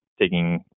taking